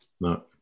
No